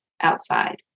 outside